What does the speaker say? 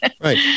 Right